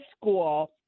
school